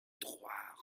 trois